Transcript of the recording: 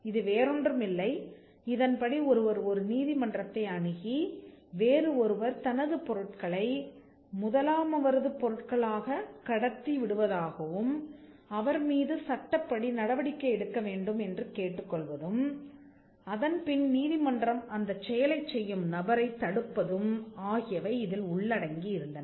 இது வேறொன்றுமில்லை இதன்படி ஒருவர் ஒரு நீதிமன்றத்தை அணுகி வேறு ஒருவர் தனது பொருட்களை முதலாமவரது பொருட்களாகக் கடத்தி விடுவதாகவும்அவர் மீது சட்டப்படி நடவடிக்கை எடுக்க வேண்டும் என்று கேட்டுக் கொள்வதும் அதன் பின் நீதிமன்றம் அந்தச் செயலைச் செய்யும் நபரைத் தடுப்பதும் ஆகியவை இதில் உள்ளடங்கி இருந்தன